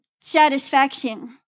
satisfaction